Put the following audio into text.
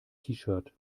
shirt